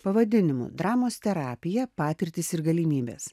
pavadinimu dramos terapija patirtys ir galimybės